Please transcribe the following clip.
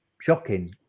shocking